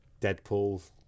Deadpool